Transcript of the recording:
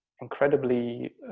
incredibly